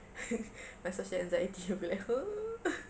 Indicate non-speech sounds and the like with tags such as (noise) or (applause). (laughs) my social anxiety will be like [ho]